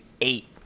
eight